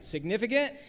Significant